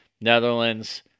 Netherlands